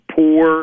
poor